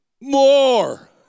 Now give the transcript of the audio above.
more